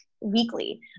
weekly